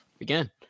again